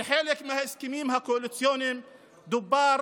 כחלק מההסכמים הקואליציוניים דובר